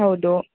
ಹೌದು